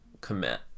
commit